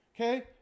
okay